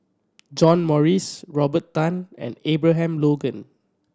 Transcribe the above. John Morrice Robert Tan and Abraham Logan